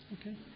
Okay